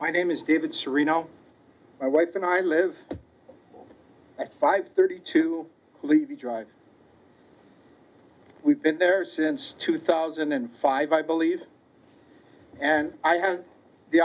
my name is david serino my wife and i live at five thirty two leaving dr we've been there since two thousand and five i believe and i had the